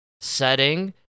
setting